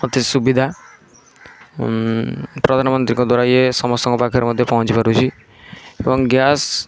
ଅତି ସୁବିଧା ପ୍ରଧାନମନ୍ତ୍ରୀଙ୍କ ଦ୍ୱାରା ଇଏ ସମସ୍ତଙ୍କ ପାଖରେ ମଧ୍ୟ ପହଞ୍ଚି ପାରୁଛି ଏବଂ ଗ୍ୟାସ୍